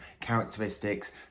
characteristics